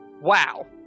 wow